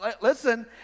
listen